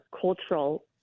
cultural